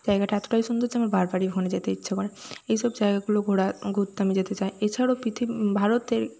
জায়গাটা এতটাই সুন্দর যে আমার বারবারই ওখানে যেতে ইচ্ছা করে এই সব জায়গাগুলো ঘোরা ঘুরতে আমি যেতে চাই এছাড়াও পৃথিবী ভারতে